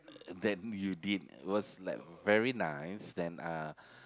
that you didn't it was like very nice then uh